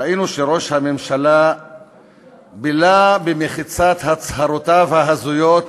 אנחנו ראינו שראש הממשלה בילה במחיצת הצהרותיו ההזויות